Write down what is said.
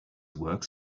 works